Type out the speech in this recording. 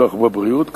כך בבריאות,